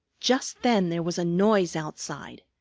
just then there was a noise outside.